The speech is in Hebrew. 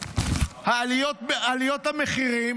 עליות המחירים